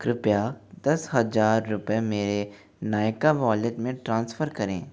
कृपया दस हज़ार रुपये मेरे नायका वॉलेट में ट्रांसफर करें